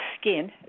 skin